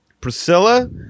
Priscilla